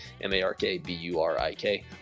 M-A-R-K-B-U-R-I-K